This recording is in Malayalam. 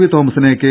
വി തോമസിനെ കെ